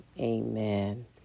Amen